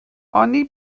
oni